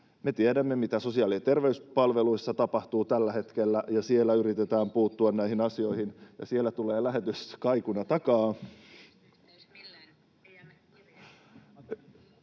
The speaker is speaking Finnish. Me tiedämme, mitä sosiaali‑ ja terveyspalveluissa tapahtuu tällä hetkellä, ja siellä yritetään puuttua näihin asioihin. [Toisen edustajan